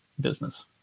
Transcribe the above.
business